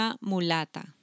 mulata